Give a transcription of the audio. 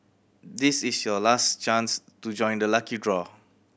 this is your last chance to join the lucky draw